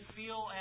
feel